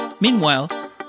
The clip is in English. Meanwhile